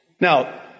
Now